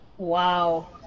Wow